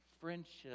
friendship